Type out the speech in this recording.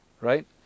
right